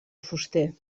fuster